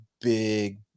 big